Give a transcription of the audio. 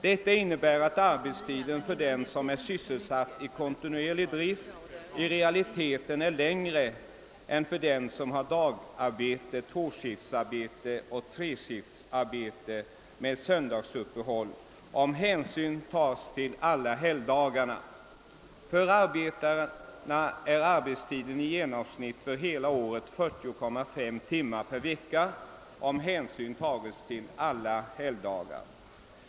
Detta innebär att arbetstiden för dem som är sysselsatta i kontinuerlig drift i realiteten är längre än för dem som har dagarbete, tvåskiftsarbete och treskiftsarbete med söndagsuppehåll, om hänsyn tas till alla helgdagarna. För dessa arbetare är arbetstiden i genomsnitt för hela året 40,5 timmar per vecka, om hänsyn tas till alla helgdagar.